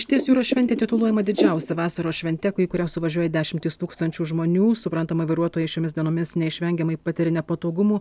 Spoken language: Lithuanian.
išties jūros šventė tituluojama didžiausia vasaros švente į kurią suvažiuoja dešimtys tūkstančių žmonių suprantama vairuotojai šiomis dienomis neišvengiamai patiria nepatogumų